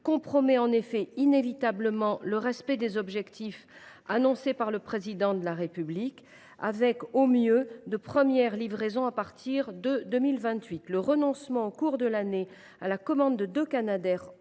compromet en effet inévitablement le respect des objectifs annoncés par le Président de la République, avec, au mieux, de premières livraisons à compter de 2028. Le renoncement, au cours de l’année, à la commande de deux canadairs